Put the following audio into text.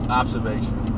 observation